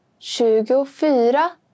24